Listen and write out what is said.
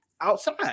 outside